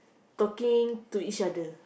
talking to each other